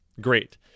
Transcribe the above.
Great